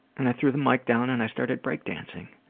and i threw the mic down and i started breakdancing.